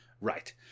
right